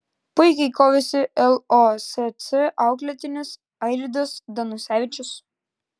puikiai kovėsi losc auklėtinis airidas danusevičius